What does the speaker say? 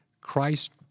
Christ